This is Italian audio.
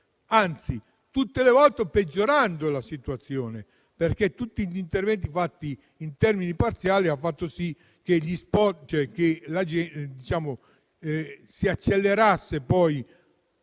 anzi, tutte le volte peggiorando la situazione, perché tutti gli interventi fatti in termini parziali hanno fatto sì che si accelerasse la